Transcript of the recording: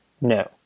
No